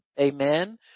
amen